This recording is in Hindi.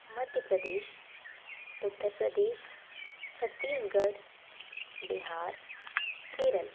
मध्य प्रदेश उत्तर प्रदेश छत्तीसगढ़ बिहार केरल